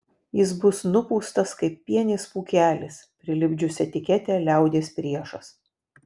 jis bus nupūstas kaip pienės pūkelis prilipdžius etiketę liaudies priešas